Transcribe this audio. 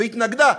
והתנגדה.